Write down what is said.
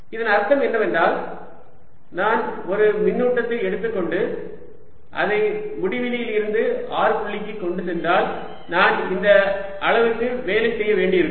அதன் அர்த்தம் என்னவென்றால் நான் ஒரு மின்னூட்டத்தை எடுத்துக்கொண்டு அதை முடிவிலியிலிருந்து r புள்ளிக்கு கொண்டு வந்தால் நான் இந்த அளவுக்கு வேலை செய்ய வேண்டியிருக்கும்